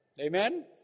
Amen